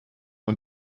und